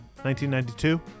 1992